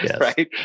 right